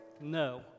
No